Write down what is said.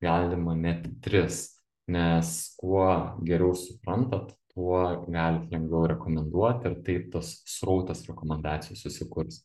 galima net tris nes kuo geriau suprantat tuo galit lengviau rekomenduoti ir taip tas srautas rekomendacijų susikurs